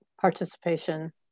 participation